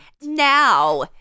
Now